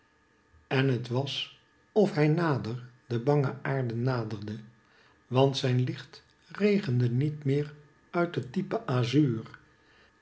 en het was of hij nader de bange aarde naderde want zijn licht regende niet meer uit het diepe azuur